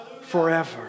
forever